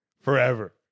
forever